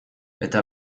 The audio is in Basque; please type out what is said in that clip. eta